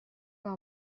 pas